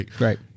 right